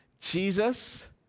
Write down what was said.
Jesus